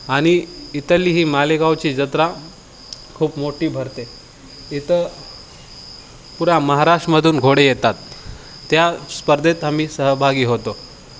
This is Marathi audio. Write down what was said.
आणि इथली ही मालेगावची जत्रा खूप मोठी भरते इथं पुरा महाराष्ट्रामधून घोडे येतात त्या स्पर्धेत आम्ही सहभागी होतो